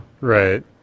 Right